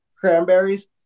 cranberries